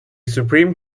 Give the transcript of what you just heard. supreme